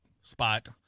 spot